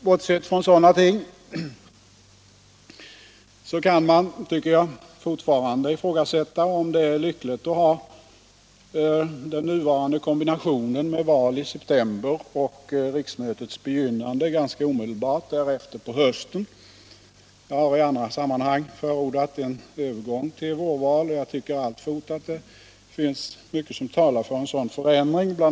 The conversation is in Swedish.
Bortsett från sådana ting kan man, tycker jag, fortfarande ifrågasätta om det är lyckligt att ha den nuvarande kombinationen med val i september och riksmötets begynnande ganska omedelbart därefter på hösten. Jag har i andra sammanhang förordat en övergång till vårval, och jag tycker alltfort att det finns mycket som talar för en sådan förändring. BI.